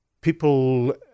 people